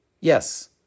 Yes